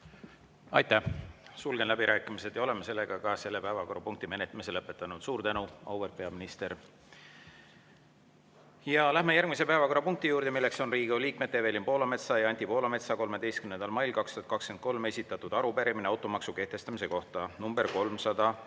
Sulgen läbirääkimised ja me oleme selle päevakorrapunkti menetlemise lõpetanud. Suur tänu, auväärt peaminister! Läheme järgmise päevakorrapunkti juurde, milleks on Riigikogu liikmete Evelin Poolametsa ja Anti Poolametsa 13. mail 2023 esitatud arupärimine automaksu kehtestamise kohta,